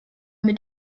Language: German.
mit